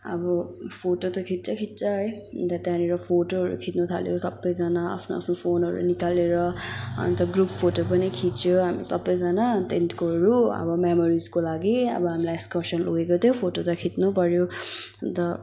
अब फोटो त खिच्छै खिच्छ है अन्त त्यहाँनेर फोटोहरू खिच्नु थाल्यो सबैजना आफ्नो आफ्नो फोनहरू निकालेर अन्त ग्रुप फोटो पनि खिच्यो हामी सबैजना टेनकोहरू अब मेमोरिजको लागि अब हामीलाई एक्सकर्सन लगेको थियो फोटो त खिच्नुपऱ्यो अन्त